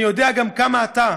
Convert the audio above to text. אני יודע גם כמה אתה,